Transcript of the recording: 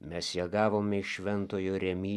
mes ją gavome iš šventojo remi